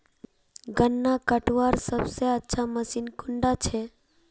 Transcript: गन्ना कटवार सबसे अच्छा मशीन कुन डा छे?